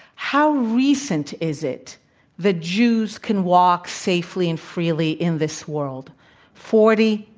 how recent is it that jews can walk safely and freely in this world? forty,